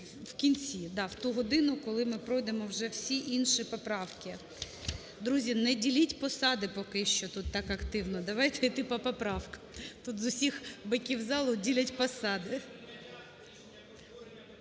в кінці, да, в ту годину, коли ми пройдемо вже всі інші поправки. Друзі, не діліть посади поки що тут так активно, давайте йти по поправкам. Тут з усіх боків залу ділять посади.